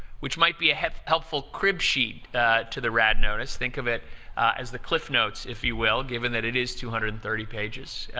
which might be ah a helpful crib sheet to the rad notice. think of it as the cliff notes, if you will, given that it is two hundred and thirty pages.